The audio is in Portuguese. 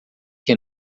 que